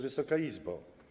Wysoka Izbo!